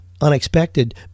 Unexpected